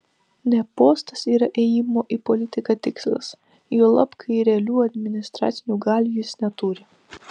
ne postas yra ėjimo į politiką tikslas juolab kai realių administracinių galių jis neturi